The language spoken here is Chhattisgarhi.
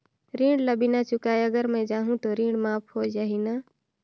ऋण ला बिना चुकाय अगर मै जाहूं तो ऋण माफ हो जाही न?